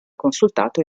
consultato